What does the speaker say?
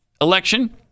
election